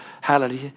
hallelujah